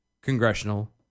congressional